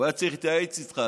הוא היה צריך להתייעץ איתך,